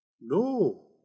No